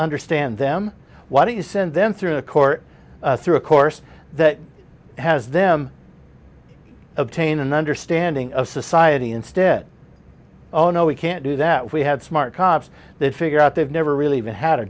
understand them why do you send them through a court through a course that has them obtain an understanding of society instead oh no we can't do that we had smart cops they figure out they've never really even had a